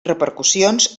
repercussions